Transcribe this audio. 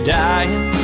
dying